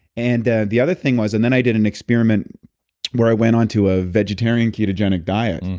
and the the other thing was, and then i did an experiment where i went on to a vegetarian ketogenic diet.